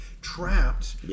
trapped